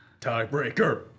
Tiebreaker